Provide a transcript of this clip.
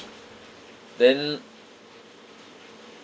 then